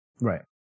Right